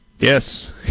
Yes